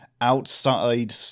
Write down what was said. outside